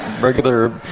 regular